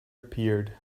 appeared